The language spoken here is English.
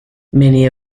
many